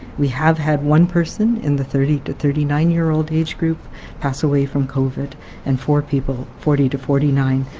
we have had one person in the thirty to thirty nine year old age group pass away from covid and four people forty to forty nine.